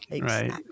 right